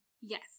Yes